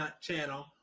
channel